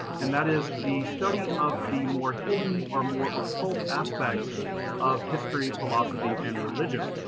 and that is the study of the more hidden or more occult aspects of history, philosophy, and religion.